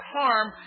harm